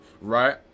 right